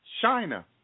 China